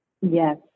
Yes